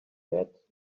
let